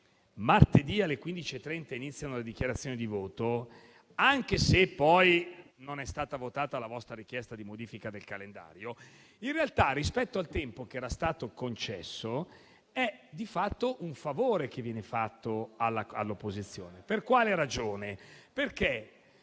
martedì alle 15,30 avranno inizio le dichiarazioni di voto, anche se poi non è stata votata la vostra richiesta di modifica del calendario, in realtà, rispetto al tempo che era stato concesso rappresenta di fatto un favore che viene fatto all'opposizione. Questo perché,